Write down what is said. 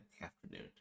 afternoon